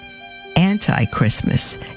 anti-christmas